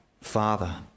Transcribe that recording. Father